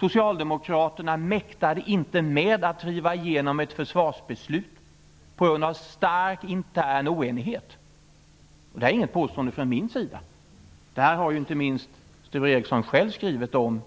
Socialdemokraterna mäktade inte med att driva igenom ett försvarsbeslut, på grund av stark intern oenighet. Det här är inget påstående från min sida, utan det har inte minst Sture Ericson själv skrivit om